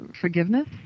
forgiveness